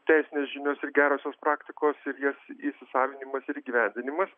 teisinės žinios ir gerosios praktikos ir jas įsisavinimas ir įgyvendinimas